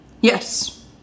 Yes